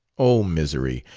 oh, misery!